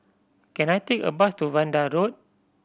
can I take a bus to Vanda Road